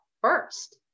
first